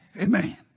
Amen